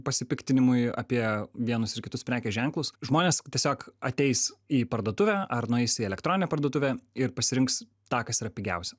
pasipiktinimui apie vienus ir kitus prekės ženklus žmonės tiesiog ateis į parduotuvę ar nueisi į elektroninę parduotuvę ir pasirinks tą kas yra pigiausia